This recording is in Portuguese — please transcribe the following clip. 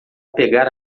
pegar